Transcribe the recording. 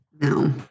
No